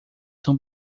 são